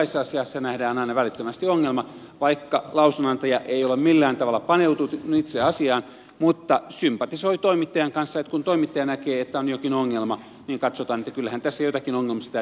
jokaisessa asiassa nähdään aina välittömästi ongelma vaikka lausunnonantaja ei ole millään tavalla paneutunut itse asiaan mutta sympatisoi toimittajan kanssa niin että kun toimittaja näkee että on jokin ongelma niin katsotaan että kyllähän tässä jotakin ongelmallista täytyy olla